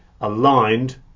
aligned